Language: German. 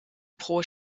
pro